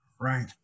Right